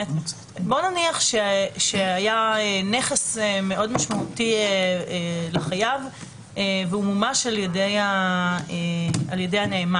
בואו נניח שהיה נכס מאוד משמעותי לחייב והוא מומש על ידי הנאמן.